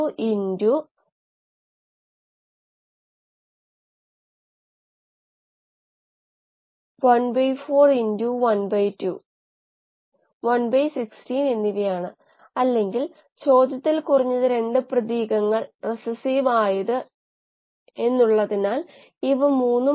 കൂടാതെ സ്കെയിൽ ഡൌൺലെ മൂല്യനിർണ്ണയ വ്യൂ പോയിൻറ് ഈ വെബ്സൈറ്റിൽ നൽകിയിട്ടുണ്ട് നിങ്ങൾക്ക് ഈ വെബ്സൈറ്റ് പരിശോധിക്കാം